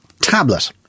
tablet